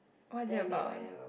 what is it about